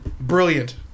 Brilliant